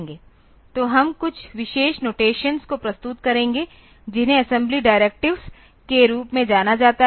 तो हम कुछ विशेष नोटशन्स को प्रस्तुत करेंगे जिन्हें असेंबली डिरेक्टिवेस के रूप में जाना जाता है